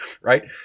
right